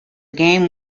game